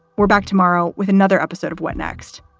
we're back tomorrow with another episode of what next?